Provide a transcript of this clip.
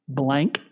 blank